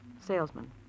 salesman